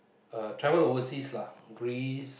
uh travel overseas lah Greece